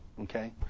Okay